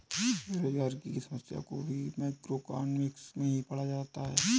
बेरोजगारी की समस्या को भी मैक्रोइकॉनॉमिक्स में ही पढ़ा जाता है